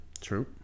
True